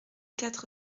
quatre